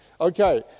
Okay